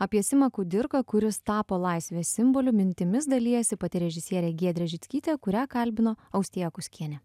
apie simą kudirką kuris tapo laisvės simboliu mintimis dalijasi pati režisierė giedrė žickytė kurią kalbino austėja kuskienė